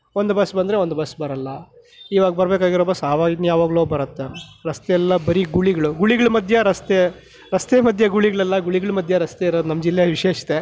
ಒಂದು ಬಸ್ ಬಂದರೆ ಒಂದು ಬಸ್ ಬರಲ್ಲ ಈವಾಗ ಬರಬೇಕಾಗಿರೋ ಬಸ್ ಆವಾಗ ಇನ್ಯಾವಾಗಲೋ ಬರುತ್ತೆ ರಸ್ತೆ ಎಲ್ಲ ಬರೀ ಗುಳಿಗಳು ಗುಳಿಗಳ ಮಧ್ಯೆ ರಸ್ತೆ ರಸ್ತೆ ಮಧ್ಯೆ ಗುಳಿಗಳಲ್ಲ ಗುಳಿಗಳ ಮಧ್ಯೆ ರಸ್ತೆ ಇರೋದು ನಮ್ಮ ಜಿಲ್ಲೆಯ ವಿಶೇಷತೆ